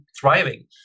thriving